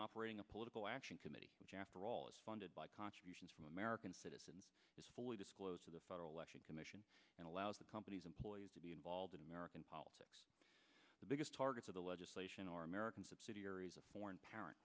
operating a political action committee which after all is funded by contributions from american citizens is fully disclosed to the federal election commission and allows the company's employees to be involved in american politics the biggest targets of the legislation are american subsidiaries of foreign parent